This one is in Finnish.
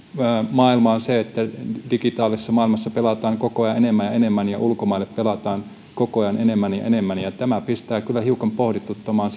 maailma on se että digitaalisessa maailmassa pelataan koko ajan enemmän ja enemmän ja ulkomaille pelataan koko ajan enemmän ja enemmän tämä pistää kyllä hiukan pohdituttamaan